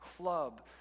club